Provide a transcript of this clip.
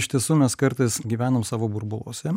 iš tiesų mes kartais gyvenam savo burbuluose